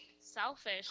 selfish